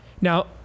Now